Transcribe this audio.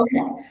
Okay